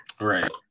Right